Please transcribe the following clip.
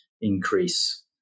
increase